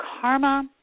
Karma